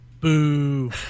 boo